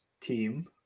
team